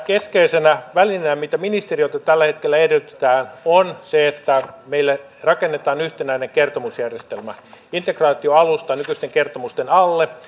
keskeisenä välineenä mitä ministeriöltä tällä hetkellä edellytetään on se että meille rakennetaan yhtenäinen kertomusjärjestelmä integraatioalusta nykyisten kertomusten alle